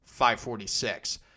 546